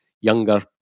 younger